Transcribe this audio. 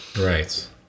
Right